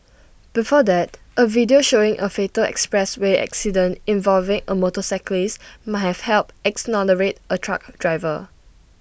before that A video showing A fatal expressway accident involving A motorcyclist might have helped exonerate A truck driver